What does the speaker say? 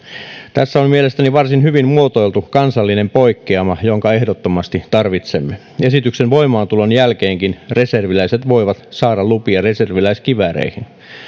tässä on mielestäni varsin hyvin muotoiltu kansallinen poikkeama jonka ehdottomasti tarvitsemme esityksen voimaantulon jälkeenkin reserviläiset voivat saada lupia reserviläiskivääreihin